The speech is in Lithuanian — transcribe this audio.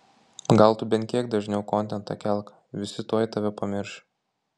gal tu bent kiek dažniau kontentą kelk visi tuoj tave pamirš